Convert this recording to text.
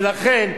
ולכן,